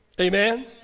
Amen